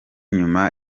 nyuma